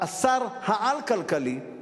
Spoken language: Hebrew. השר העל-כלכלי,